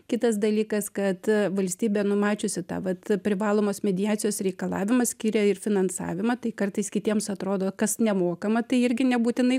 kitas dalykas kad valstybė numačiusi tą vat privalomos mediacijos reikalavimą skiria ir finansavimą tai kartais kitiems atrodo kas nemokama tai irgi nebūtinai